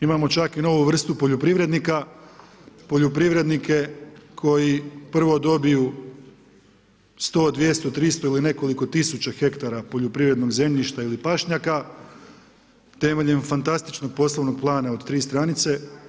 Imamo čak i novu vrstu poljoprivrednika, poljoprivrednike, koji prvo dobiju, 100, 200, 300 ili nekoliko tisuća hektara poljoprivrednog zemljišta ili pašnjaka temeljem fantastičnog poslovnog plana od 3 stranice.